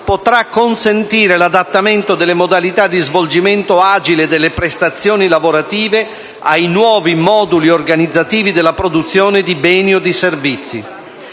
potrà consentire l'adattamento delle modalità di svolgimento agile delle prestazioni lavorative ai nuovi moduli organizzativi della produzione di beni o di servizi.